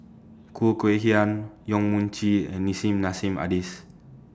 Khoo Kay Hian Yong Mun Chee and Nissim Nassim Adis